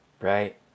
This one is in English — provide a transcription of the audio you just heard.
Right